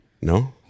No